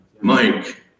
Mike